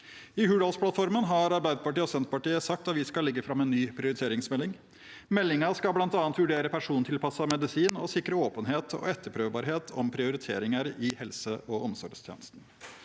I Hurdalsplattformen har Arbeiderpartiet og Senterpartiet sagt at vi skal legge fram en ny prioriteringsmelding. Meldingen skal bl.a. vurdere persontilpasset medisin og sikre åpenhet og etterprøvbarhet om prioriteringer i helse- og omsorgstjenesten.